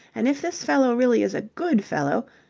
and if this fellow really is a good fellow.